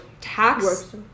tax